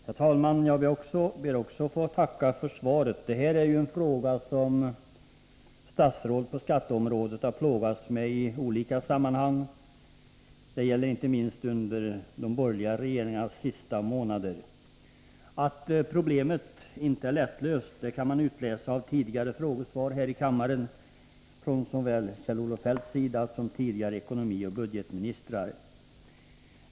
Herr talman! Jag ber också att få tacka finansministern för svaret. Den här frågan har statsråd på skatteområdet plågats med i olika sammanhang, inte minst under den borgerliga regeringens sista månader. Att problemet inte är lättlöst kan man utläsa av tidigare frågesvar här i kammaren från såväl Kjell-Olof Feldt som förutvarande ekonomioch budgetministrar.